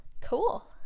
Cool